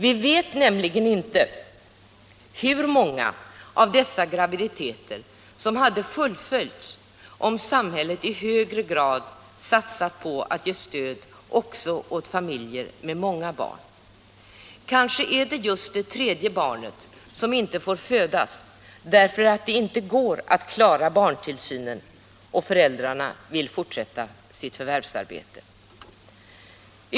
Vi vet nämligen inte hur många av dessa graviditeter som hade fullföljts om samhället i högre grad hade satsat på att ge stöd också till familjer med många barn. Kanske är det just det tredje barnet som inte får födas därför att det inte går att klara barntillsynen och därför att föräldrarna vill fortsätta sitt förvärvsarbete.